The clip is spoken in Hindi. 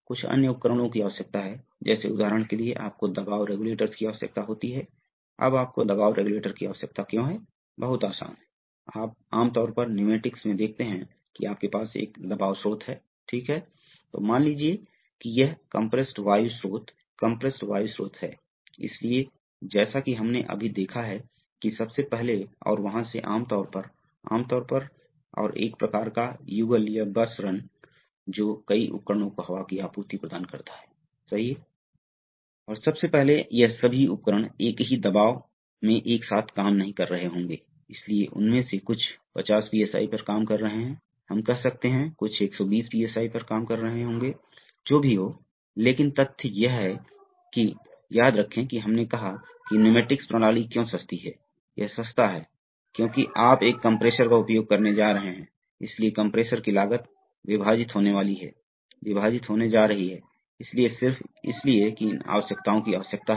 इससे पता चलता है कि यह दिखाता है यह उस फीडबैक व्यवस्था का थोड़ा सा विश्लेषण है अर्थात यदि मान लें कि आपके पास यह है यह एक वाल्व है और यह एक एक्ट्यूएटर है यह एक कनेक्टिंग लिंक है तो आप यहां एक इनपुट मोशन देते हैं क्या होगा यह शुरू में इस तरह से शिफ्ट होगा जिस पल यह शिफ्ट होता है पंप इससे जुड़ जाता है और टैंक इससे जुड़ जाता है एक्ट्यूएटर इस तरह से आगे बढ़ता है जब एक्ट्यूएटर इस तरह से आगे बढ़ता है तो डब्ल्यू आगे बढ़ता है और वह कोशिश करेगा इसे रखने की इसे ऊपर रख देगा इसलिए यह जो कारण बनाया गया था वह इस कारण प्रभाव को शून्य कर देगा इसलिए यह एक नकारात्मक फीडबैक अवस्था और स्थिर है